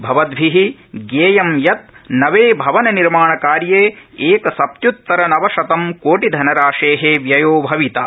भवदभि ज्ञेयं यत् नवे भवननिर्माणकार्ये एकसप्तत्य्तर नवशतं कोटि धनराशे व्ययो भविता